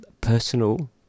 personal